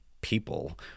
people